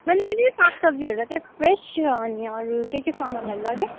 मैले नि सागसब्जीहरू क्या फ्रेस अनि अरू के के सामानहरू लगेँ